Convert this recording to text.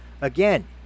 Again